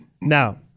Now